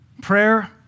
Prayer